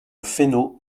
fesneau